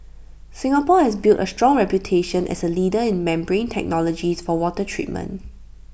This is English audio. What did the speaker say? Singapore has built A strong reputation as A leader in membrane technologies for water treatment